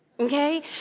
Okay